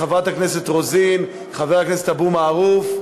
חברת הכנסת רוזין, חבר הכנסת אבו מערוף,